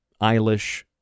Eilish